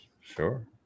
Sure